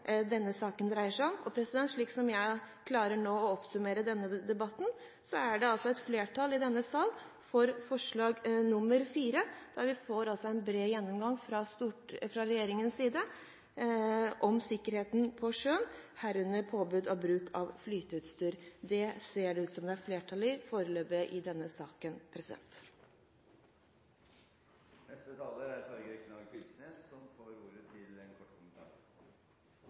denne saken dreier seg om. Og slik jeg klarer å oppsummere denne debatten, er det et flertall i denne sal for forslag nr. 4, om å få en bred gjennomgang fra regjeringens side om sikkerheten på sjøen, herunder påbud om bruk av flyteutstyr. Det ser det foreløpig ut som det er flertall for i denne saken. Representanten Torgeir Knag Fylkesnes har hatt ordet to ganger tidligere i debatten og får ordet til en kort